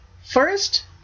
First